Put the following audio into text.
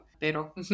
pero